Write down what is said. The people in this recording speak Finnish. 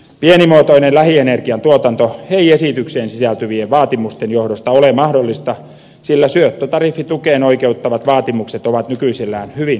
pienimuotoinen lähienergian tuotanto ei esitykseen sisältyvien vaatimusten johdosta ole mahdollista sillä syöttötariffitukeen oikeuttavat vaatimukset ovat nykyisellään hyvin epäoikeudenmukaisia